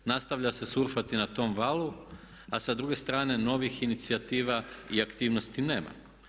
Nastavlja se surfati na tom valu, a sa druge strane novih inicijativa i aktivnosti nema.